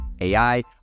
AI